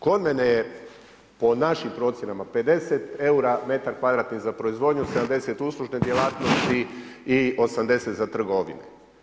Kod mene je po našim procjenama 50 eura metar kvadratni za proizvodnju, 70 uslužne djelatnosti i 80 za trgovine.